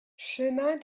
chemin